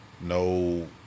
no